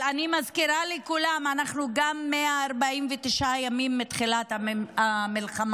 אבל אני מזכירה לכולם שאנחנו גם 149 ימים מתחילת המלחמה.